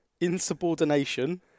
Insubordination